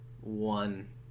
one